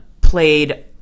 played